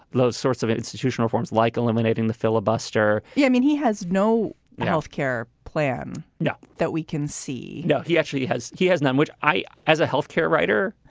those sorts of institutional forms like eliminating the filibuster yeah i mean, he has no health care plan now that we can see. he actually has he has none, which i as a health care writer,